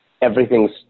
everything's –